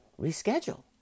reschedule